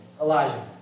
Elijah